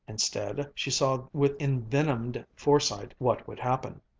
instead she saw with envenomed foresight what would happen.